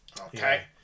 okay